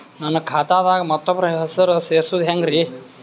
ನನ್ನ ಖಾತಾ ದಾಗ ಮತ್ತೋಬ್ರ ಹೆಸರು ಸೆರಸದು ಹೆಂಗ್ರಿ?